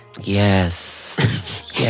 Yes